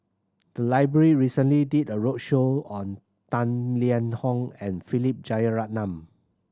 the library recently did a roadshow on Tang Liang Hong and Philip Jeyaretnam